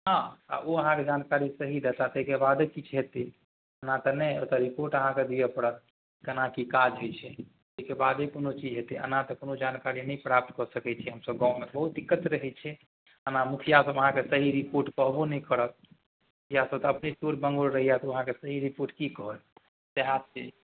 हँ आओर ओ अहाँके जानकारी सही देतह ताहिके बादे किछु हेतै एना तऽ नहि ओतऽ रिपोर्ट अहाँके दिअऽ पड़त कोना कि काज होइ छै ताहिके बादे कोनो चीज हेतै एना तऽ कोनो जानकारी नहि प्राप्त कऽ सकै छी हमसभ गाममे बहुत दिक्कत रहै छै एना मुखिआसभ अहाँके सही रिपोर्ट कहबो नहि करत इएहसभ तऽ अपने सूर बङ्गोर रहैए तऽ ओ अहाँके सही रिपोर्ट कि कहतै सएह छै